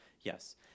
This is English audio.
Yes